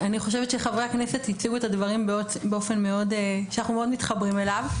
אני חושבת שחברי הכנסת הציגו את הדברים באופן שאנחנו מאוד מתחברים אליו.